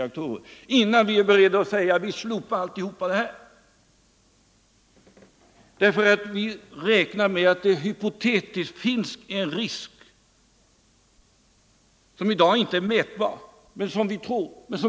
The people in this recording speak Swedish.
Skall vi inte avvakta resultaten innan vi är beredda att säga att vi slopar allt detta, därför att vi räknar med att det hypotetiskt finns en risk, som i dag inte är mätbar men som vi tror finns?